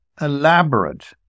elaborate